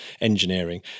engineering